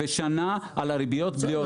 ושנה על הריביות בלי ארכה.